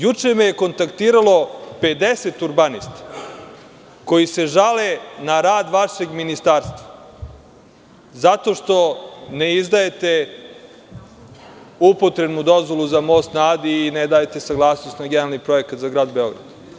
Juče me je kontaktiralo 50 urbanista koji se žale na rad vašeg ministarstva zato što ne izdajete upotrebnu dozvolu za Most na Adi i ne dajete saglasnost na generalni plan za grad Beograd.